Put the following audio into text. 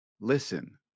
listen